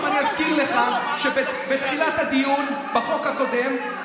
ועכשיו אני אזכיר לך שבתחילת הדיון, בחוק הקודם,